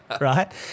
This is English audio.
Right